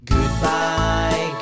Goodbye